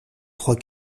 trois